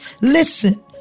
Listen